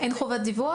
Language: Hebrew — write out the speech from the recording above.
אין חובת דיווח?